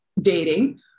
dating